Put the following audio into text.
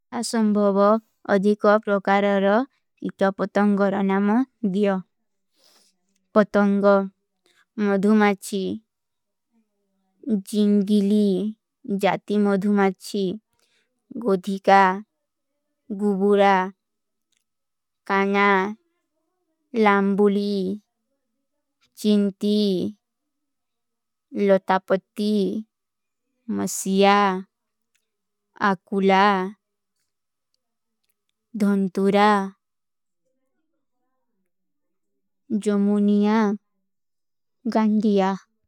ଅସଂଭୋବୋ ଅଧିକୋ ପ୍ରୋକାରରୋ ଇତୋ ପତଂଗୋର ନମ ଦିଯୋ। ପତଂଗୋ ମଧୁମାଚୀ ଜିନ୍ଗିଲୀ ଜାତି ମଧୁମାଚୀ ଗୋଧିକା ଗୁବୁରା କାଣା ଲାଂବୁଲୀ ଚିନ୍ତୀ ଲୋତାପତୀ ମସିଯା ଆକୁଲା ଧୁନ୍ତୁରା ଜୋମୁନିଯା ଗଂଧିଯା।